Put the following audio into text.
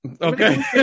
Okay